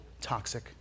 toxic